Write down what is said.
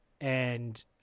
and-